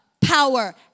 power